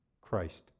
Christ